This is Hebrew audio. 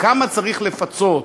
כמה צריך לפצות,